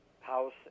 House